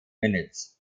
minutes